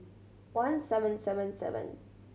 one seven seven seven